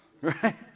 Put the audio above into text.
Right